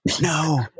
no